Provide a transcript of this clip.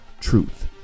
truth